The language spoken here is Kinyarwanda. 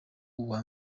uwa